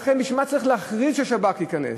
לכן בשביל מה צריך להכריז ששב"כ ייכנס?